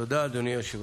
תודה, אדוני היושב-ראש.